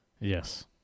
Yes